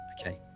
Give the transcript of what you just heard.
Okay